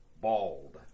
bald